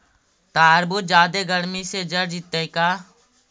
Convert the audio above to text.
तारबुज जादे गर्मी से जर जितै का?